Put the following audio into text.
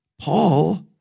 Paul